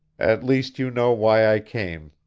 at least you know why i came.